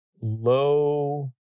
low